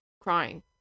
crying